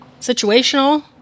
situational